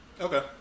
Okay